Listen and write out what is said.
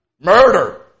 Murder